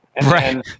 Right